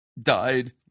died